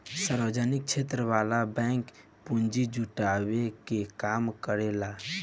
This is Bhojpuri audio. सार्वजनिक क्षेत्र वाला बैंक पूंजी जुटावे के काम करेला